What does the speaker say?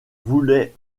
voulait